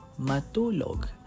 matulog